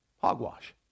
hogwash